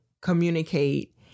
communicate